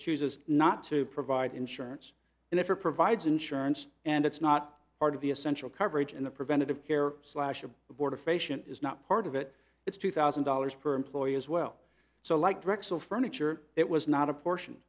chooses not to provide insurance and if it provides insurance and it's not part of the essential coverage and the preventative care slash abortifacient is not part of it it's two thousand dollars per employee as well so like drexel furniture it was not a portion